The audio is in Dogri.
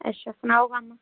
अच्छा सनाओ हां